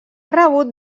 rebut